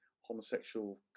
Homosexual